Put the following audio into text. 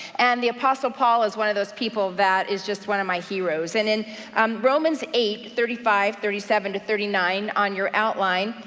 and the apostle paul is one of those people that is just one of my heroes, and in um romans eight thirty five, thirty seven to thirty nine on your outline,